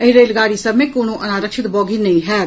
एहि रेलगाड़ी सभ मे कोनो अनारक्षित बॉगी नहि होयत